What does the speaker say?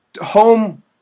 home